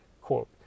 Quote